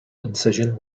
incision